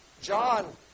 John